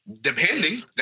depending